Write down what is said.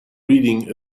reading